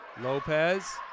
Lopez